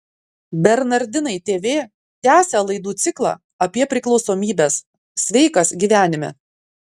bernardinai tv tęsia laidų ciklą apie priklausomybes sveikas gyvenime